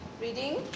reading